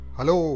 Hello